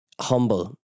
humble